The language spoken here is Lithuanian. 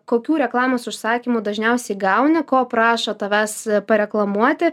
kokių reklamos užsakymų dažniausiai gauni ko prašo tavęs pareklamuoti